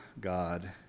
God